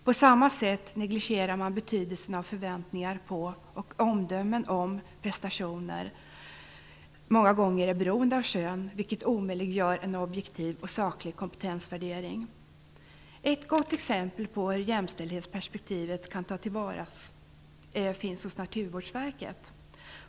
På samma sätt negligerar man betydelsen av att förväntningar på, och omdömen om, prestationer många gånger är beroende av kön, vilket omöjliggör en objektiv och saklig kompetensvärdering. Ett gott exempel på hur jämställdhetsperspektivet kan tas till vara finns hos Naturvårdsverket.